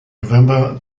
november